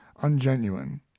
ungenuine